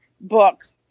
books